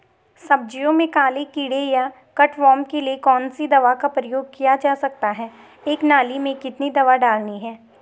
सब्जियों में काले कीड़े या कट वार्म के लिए कौन सी दवा का प्रयोग किया जा सकता है एक नाली में कितनी दवा डालनी है?